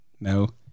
no